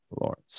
Lawrence